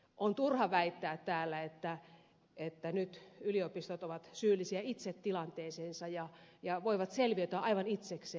on turha väittää täällä että nyt yliopistot ovat syyllisiä itse tilanteeseensa ja voivat selviytyä aivan itsekseen